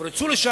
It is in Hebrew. ולא יפרצו לשם,